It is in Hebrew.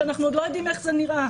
שאנחנו עוד לא יודעים איך זה נראה,